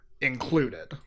included